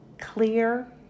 clear